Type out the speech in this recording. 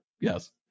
yes